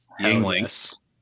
Yingling